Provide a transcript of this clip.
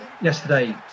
yesterday